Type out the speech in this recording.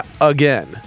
again